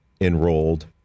enrolled